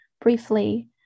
briefly